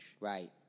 Right